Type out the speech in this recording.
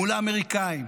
מול האמריקנים,